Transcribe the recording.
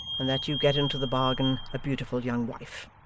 and that you get into the bargain a beautiful young wife